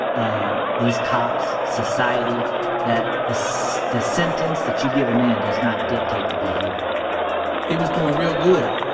ah, these cops, society that the so the sentence that you give a man does not dictate the behavior he was doing real good,